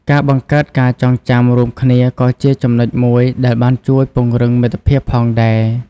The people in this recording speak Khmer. ការបង្កើតការចងចាំរួមគ្នាក៏ជាចំណុចមួយដែលបានជួយពង្រឹងមិត្តភាពផងដែរ។